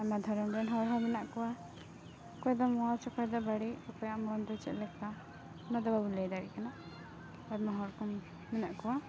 ᱟᱭᱢᱟ ᱫᱷᱚᱨᱚᱢ ᱨᱮᱱ ᱦᱚᱲ ᱦᱚᱸ ᱢᱮᱱᱟᱜ ᱠᱚᱣᱟ ᱚᱠᱚᱭ ᱫᱚ ᱢᱚᱡᱽ ᱚᱠᱚᱭ ᱫᱚ ᱵᱟᱹᱲᱤᱡ ᱚᱠᱚᱭᱟᱜ ᱢᱚᱱ ᱫᱚ ᱪᱮᱫ ᱞᱮᱠᱟ ᱚᱱᱟ ᱵᱟᱵᱚᱱ ᱞᱟᱹᱭ ᱫᱟᱲᱮᱭᱟᱜ ᱠᱟᱱᱟ ᱟᱭᱢᱟ ᱦᱚᱲ ᱠᱚ ᱢᱮᱱᱟᱜ ᱠᱚᱣᱟ